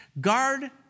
Guard